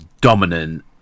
dominant